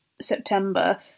September